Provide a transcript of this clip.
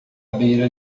beira